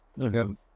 Okay